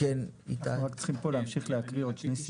אני רוצה שנמשיך,